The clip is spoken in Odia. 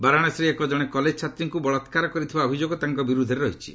ବାରାଣସୀର ଏକ ଜଣେ କଲେଜ୍ ଛାତ୍ରୀଙ୍କୁ ବଳାକ୍କାର କରିଥିବା ଅଭିଯୋଗ ତାଙ୍କ ବିରୁଦ୍ଧରେ ରହିଛି